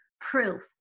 proof